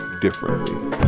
differently